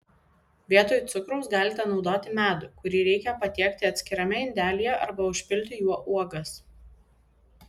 vietoj cukraus galite naudoti medų kurį reikia patiekti atskirame indelyje arba užpilti juo uogas